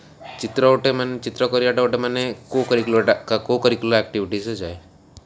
ଚିତ୍ର ଗୋଟେ ମାନେ ଚିତ୍ର କରିବାଟା ଗୋଟେ ମାନେ କୋ କରିକୁଲରଟା କୋ କରିକୁଲାର୍ ଆକ୍ଟିଭିଟିଜ୍ରେ ଯାଏ